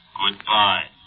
goodbye